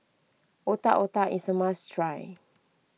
Otak Otak is a must try